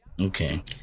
Okay